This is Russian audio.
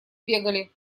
бегали